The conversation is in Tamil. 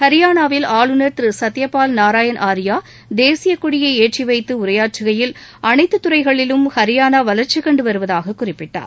ஹரியானாவில் ஆளுநர் திரு சத்திய பால் நாரயண் ஆரியா தேசியக்கொடியை ஏற்றிவைத்து உரையாற்றுகையில் அனைத்துத்துறைகளிலும் ஹரியானா வளர்ச்சி கண்டு வருவதாக குறிப்பிட்டார்